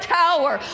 tower